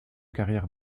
carrière